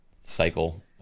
cycle